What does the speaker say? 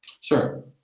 sure